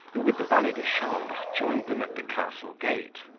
with the valet-de-chambre, joined them at the castle gate.